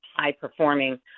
high-performing